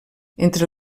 entre